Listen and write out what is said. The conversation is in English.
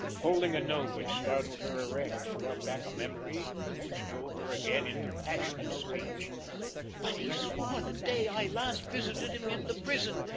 holding a note which startled her erect and brought back a memory which drove her again into passionate speech but he swore the day i last visited him in the prison,